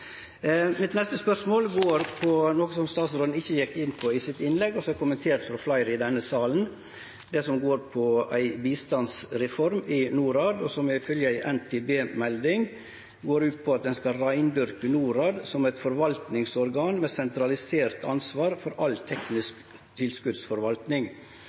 Mitt neste spørsmål går på noko som statsråden ikkje gjekk inn på i sitt innlegg, og som er kommentert frå fleire i denne salen, det som går på ei bistandsreform i Norad, og som ifølgje ei NTB-melding går ut på at ein skal reindyrke Norad som eit forvaltningsorgan med sentralisert ansvar for all